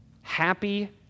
happy